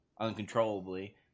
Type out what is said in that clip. uncontrollably